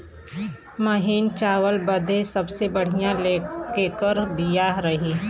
महीन चावल बदे सबसे बढ़िया केकर बिया रही?